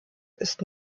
ist